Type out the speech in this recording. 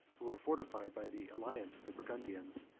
who were fortified by the alliance of the burgundians,